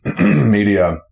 media